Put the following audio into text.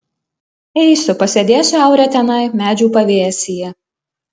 eisiu pasėdėsiu aure tenai medžių pavėsyje